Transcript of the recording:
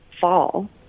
fall